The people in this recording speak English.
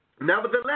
Nevertheless